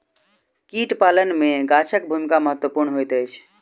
कीट पालन मे गाछक भूमिका महत्वपूर्ण होइत अछि